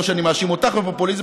לא שאני מאשים אותך בפופוליזם,